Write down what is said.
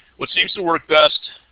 what seems to work best,